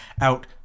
out